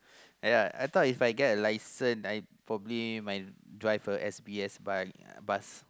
uh ya I thought If I get a license I probably might drive a S_B_S uh bus